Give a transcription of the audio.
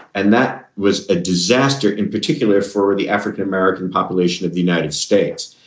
and that was a disaster in particular for the african-american population of the united states.